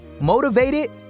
motivated